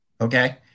okay